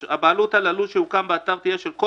הבעלות על הלול שיוקם באתר תהיה של כל